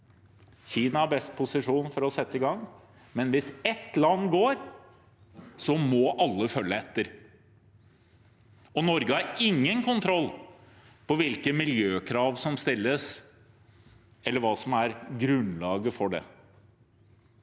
Kina i best posisjon til å sette i gang. Hvis ett land går, må alle følge etter, og Norge har ingen kontroll på hvilke miljøkrav som stilles, eller hva som er grunnlaget for det,